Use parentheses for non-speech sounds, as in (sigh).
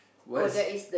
what's (laughs)